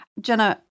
Jenna